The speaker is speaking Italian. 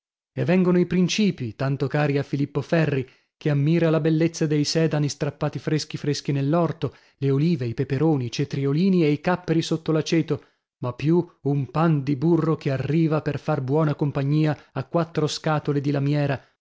e vengono i principii tanto cari a filippo ferri che ammira la bellezza dei sedani strappati freschi freschi nell'orto le olive i peperoni i cetriolini e i capperi sotto l'aceto ma più un pan di burro che arriva per far buona compagnia a quattro scatole di lamiera